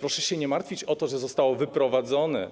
Proszę się nie martwić o to, że zostało ono wyprowadzone